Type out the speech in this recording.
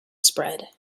spread